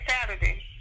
Saturday